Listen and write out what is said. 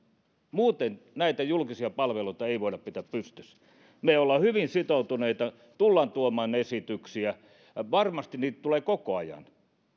muuten näitä julkisia palveluita ei voida pitää pystyssä me olemme hyvin sitoutuneita tulemme tuomaan esityksiä varmasti niitä tulee koko ajan